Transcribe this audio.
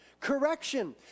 Correction